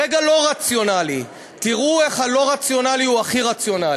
רגע לא רציונלי תראו איך הלא-רציונלי הוא הכי רציונלי.